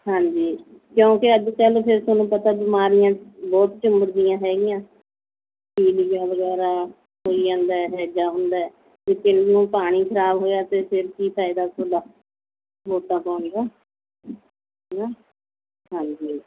ਹਾਂਜੀ ਕਿਉਂਕਿ ਅੱਜ ਕੱਲ ਫਿਰ ਤੁਹਾਨੂੰ ਪਤਾ ਬਿਮਾਰੀਆਂ ਬਹੁਤ ਚਿੰਬੜਦੀਆਂ ਹੈਗੀਆਂ ਪੀਲੀਆ ਵਗੈਰਾ ਹੋਈ ਜਾਂਦਾ ਹੈਜ਼ਾ ਹੁੰਦਾ ਅਤੇ ਪਿੰਡ ਨੂੰ ਪਾਣੀ ਖਰਾਬ ਹੋਇਆ ਅਤੇ ਫਿਰ ਕੀ ਫਾਇਦਾ ਤੁਹਾਡਾ ਵੋਟਾਂ ਪਾਉਣ ਦਾ ਹੈ ਨਾ ਹਾਂਜੀ